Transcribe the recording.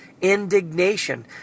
indignation